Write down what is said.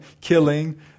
Killing